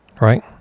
Right